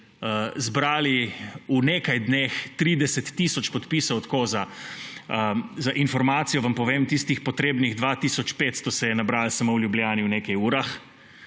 zbrali v nekaj dneh 30 tisoč podpisov, tako za informacijo vam povem, tistih potrebnih 2 tisoč 500 se je nabralo samo v Ljubljani v nekaj urah,